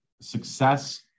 success